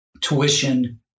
tuition